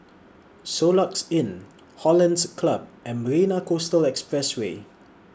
Soluxe Inn Hollandse Club and Marina Coastal Expressway